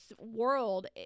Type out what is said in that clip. world